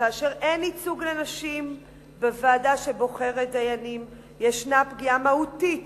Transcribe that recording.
וכאשר אין ייצוג לנשים בוועדה שבוחרת דיינים יש פגיעה מהותית